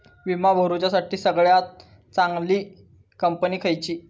विमा भरुच्यासाठी सगळयात चागंली कंपनी खयची?